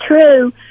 true